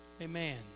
Amen